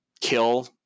kill